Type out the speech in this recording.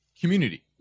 community